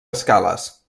escales